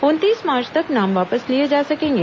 उनतीस मार्च तक नाम वापस लिए जा सकेंगे